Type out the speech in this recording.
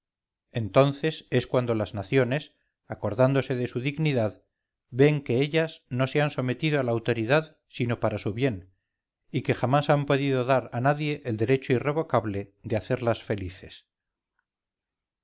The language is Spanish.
entonces es cuando las naciones acordándose de su dignidad ven que ellas no se han sometido a la autoridad sino para su bien y que jamás han podido dar a nadie el derecho irrevocable de hacerlas felices